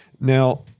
Now